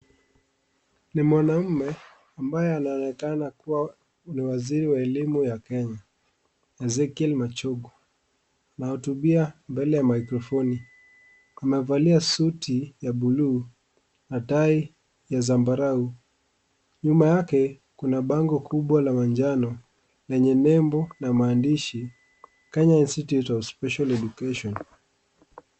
Ni mwanaume ambaye anaonekana kuwa ni waziri wa elimu ya Kenya Ezekiel Machogu, anahotubia mbele ya maikrofoni amevalia suti ya bluu na tai ya sambarau, nyuma yake kuna bango kubwa la manjano lenye nembo na maandishi Kenya Institute of Special Education .